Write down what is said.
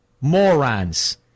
Morons